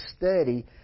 study